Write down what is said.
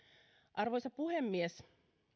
arvoisa puhemies